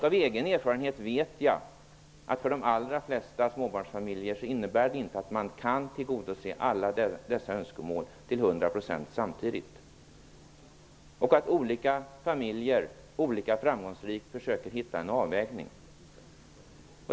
Av egen erfarenhet vet jag att det för de allra flesta småbarnsfamiljer inte innebär att man kan tillgodose alla dessa önskemål till hundra procent samtidigt, och att olika familjer olika framgångsrikt försöker hitta en avvägning.